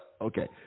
Okay